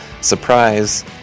Surprise